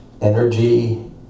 energy